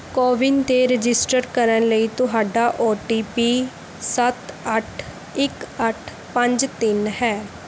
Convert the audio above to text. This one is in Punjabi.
ਕੋਵਿਨ 'ਤੇ ਰਜਿਸਟਰ ਕਰਨ ਲਈ ਤੁਹਾਡਾ ਓ ਟੀ ਪੀ ਸੱਤ ਅੱਠ ਇੱਕ ਅੱਠ ਪੰਜ ਤਿੰਨ ਹੈ